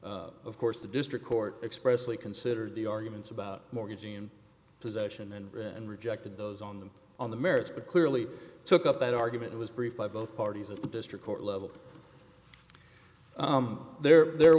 then of course the district court expressly considered the arguments about mortgaging and possession and rejected those on them on the merits but clearly took up that argument was briefed by both parties at the district court level there there